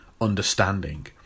understanding